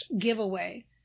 giveaway